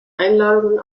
einladungen